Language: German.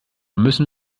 müssen